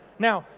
now,